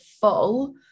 full